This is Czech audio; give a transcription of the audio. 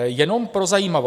Jenom pro zajímavost.